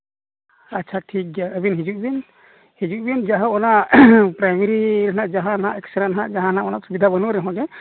ᱟᱪᱪᱷᱟ ᱴᱷᱤᱠ ᱜᱮᱭᱟ ᱟᱹᱵᱤᱱ ᱦᱤᱡᱩᱜ ᱵᱤᱱ ᱦᱤᱡᱩᱜ ᱵᱤᱱ ᱡᱟᱭᱦᱳᱠ ᱚᱱᱟ ᱯᱨᱟᱭᱢᱟᱨᱤ ᱨᱮᱱᱟᱜ ᱡᱟᱦᱟᱸ ᱦᱟᱸᱜ ᱮᱹᱠᱥᱮᱹᱨᱮᱹ ᱦᱟᱸᱜ ᱡᱟᱦᱟᱸ ᱦᱟᱸᱜ ᱥᱩᱵᱤᱫᱷᱟ ᱵᱟᱹᱱᱩᱜ ᱨᱮᱦᱚᱸ ᱡᱮ